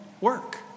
work